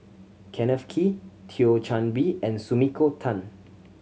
Kenneth Kee Thio Chan Bee and Sumiko Tan